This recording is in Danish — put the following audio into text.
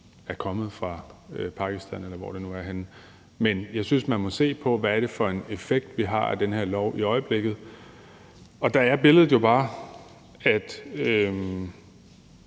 er kommet fra Pakistan, eller hvor det nu er. Men jeg synes, man må se på, hvad det er for en effekt, vi har af den her lov i øjeblikket, og der er billedet jo bare, at